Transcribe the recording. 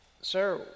Sir